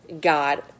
God